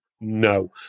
no